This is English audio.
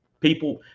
people